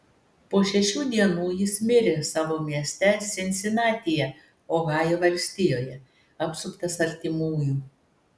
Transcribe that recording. po šešių dienų jis mirė savo mieste sinsinatyje ohajo valstijoje apsuptas artimųjų